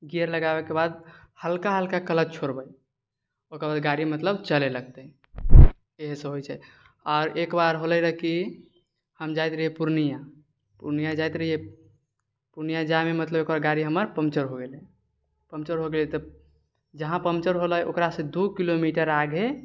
gear लगाबैके बाद हल्का हल्का क्लच छोड़बै ओकरबाद गाड़ी मतलब चलऽ लगतै एहिसँ होइ छै आओर एकबार होलै रहै कि हम जाइत रहिए पूर्णिया पूर्णिया जाइत रहिए पूर्णिया जाइमे मतलब गाड़ी हमर पन्चर हो गेलै पन्चर हो गेलै तऽ जहाँ पन्चर होलै ओकरासँ दू किलोमीटर आगे